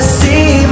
see